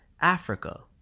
Africa